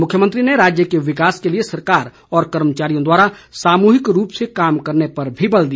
मुख्यमंत्री ने राज्य के विकास के लिए सरकार और कर्मचारियों द्वारा सामूहिक रूप से कार्य करने पर भी बल दिया